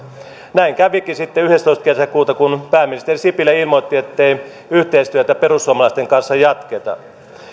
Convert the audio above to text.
näin kävikin sitten yhdestoista kesäkuuta kun pääministeri sipilä ilmoitti ettei yhteistyötä perussuomalaisten kanssa jatketa